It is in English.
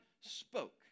spoke